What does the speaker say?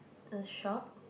a shop